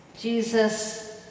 Jesus